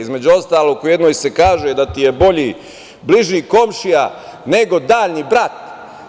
Između ostalog, u jednoj se kaže – da ti je bliži komšija nego daljni brat.